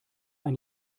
ein